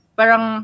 parang